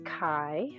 Kai